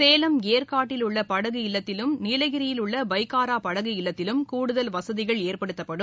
சேலம் ஏற்காட்டில் உள்ளபடகு இல்லத்திலும் நீலகிரியில் உள்ளபைக்காராபடகு இல்லத்திலும் கூடுதல் வசதிகள் ஏற்படுத்தப்படும்